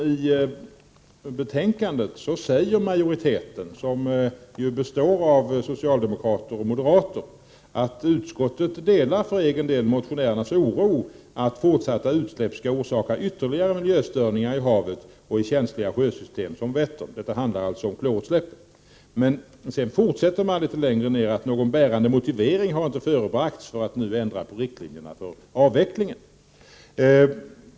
I betänkandet säger majoriteten, som ju består av socialdemokrater och moderater: ”Utskottet delar för egen del motionärernas oro för att fortsatta utsläpp skall orsaka ytterligare miljöstörningar i havet och i känsliga sjösystem som Vättern.” Men sedan fortsätter man: ”Någon bärande motivering har icke förebragts för att nu ändra dessa riktlinjer”, alltså riktlinjerna för avvecklingen.